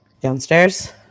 Downstairs